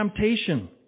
temptation